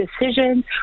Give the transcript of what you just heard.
decisions